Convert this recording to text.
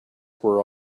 were